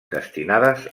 destinades